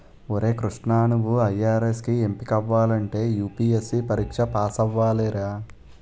ఒరే కృష్ణా నువ్వు ఐ.ఆర్.ఎస్ కి ఎంపికవ్వాలంటే యూ.పి.ఎస్.సి పరీక్ష పేసవ్వాలిరా